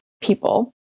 people